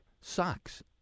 Socks